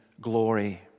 glory